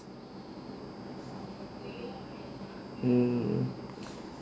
mm